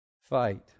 fight